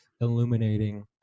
illuminating